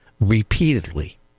repeatedly